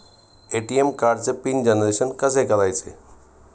ATM कार्डचे pin generation कसे करायचे?